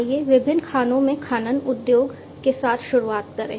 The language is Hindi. आइए विभिन्न खानों में खनन उद्योग के साथ शुरुआत करें